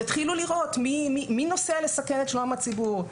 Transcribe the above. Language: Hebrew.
יתחילו לראות מי נוסע לסכן את שלום הציבור.